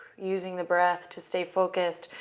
using the breath to stay focused.